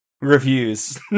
reviews